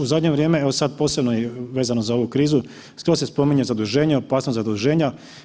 U zadnje vrijeme, evo sad posebno i vezano za ovu krizu, skroz se spominje zaduženje, opasnost zaduženja.